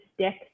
stick